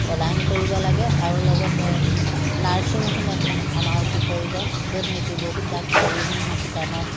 প্ৰদান কৰিব লাগে আৰু লগতে নাৰ্ছিং হোম এখন আমাৰ অতি প্ৰয়োজন য'ত নেকি বহুত ডাক্তৰে বিভিন্ন শিতানত